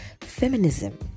feminism